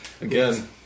Again